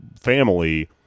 family